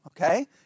Okay